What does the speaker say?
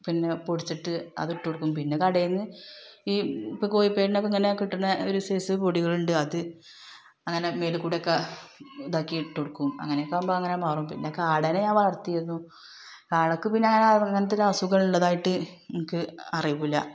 പിന്നെ പൊടിച്ചിട്ട് അത് ഇട്ട് കൊടുക്കും പിന്നെ കടയിൽ നിന്ന് ഈ ഇപ്പോൾ കോഴിപ്പേനിനൊക്കെ ഇങ്ങനെ കിട്ടുന്ന ഒരു സൈസ് പൊടികളുണ്ട് അത് അങ്ങനെ മേലുക്കുടിയൊക്കെ ഇതാക്കി ഇട്ട് കൊടുക്കും അങ്ങനൃ ഒക്കെ ആവുമ്പോൾ അങ്ങനെ മാറും പിന്നെ കാടനെ ഞാൻ വളർത്തിയായിരുന്നു കാടക്ക് പിന്നെ അങ്ങനെ അങ്ങനത്തെ ഒരു അസുഖമുള്ളതായിട്ട് എനിക്ക് അറിവില്ല